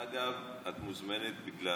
אגב, בגלל